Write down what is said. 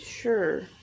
Sure